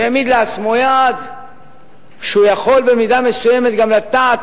הוא העמיד לעצמו יעד שהוא יכול במידה מסוימת גם לטעת